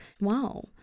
Wow